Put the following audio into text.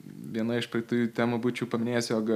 viena iš praeitų temų būčiau paminėjęs jog